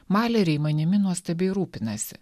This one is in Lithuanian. maleriai manimi nuostabiai rūpinasi